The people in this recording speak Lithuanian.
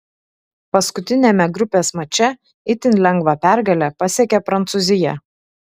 paskutiniame grupės mače itin lengvą pergalę pasiekė prancūzija